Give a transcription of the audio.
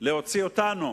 אותנו